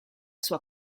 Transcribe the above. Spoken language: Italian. sua